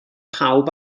pawb